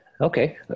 Okay